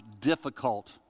difficult